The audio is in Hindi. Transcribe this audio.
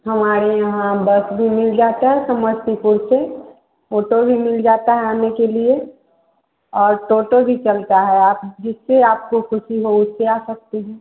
हमारे यहाँ बस भी मिल जाती है समस्तीपुर से ऑटो भी मिल जाता है आने के लिए और टोटो भी चलता है आप जिससे आपको ख़ुशी हो उससे आ सकते है